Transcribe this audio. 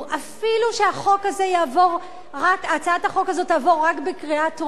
אפילו שהצעת החוק הזאת תעבור רק בקריאה טרומית,